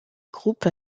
groupes